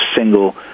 single